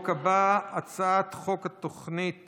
הצעת החוק הבאה, הצעת חוק התוכנית